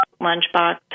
lunchbox